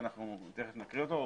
שאנחנו תיכף נקריא אותו,